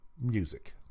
music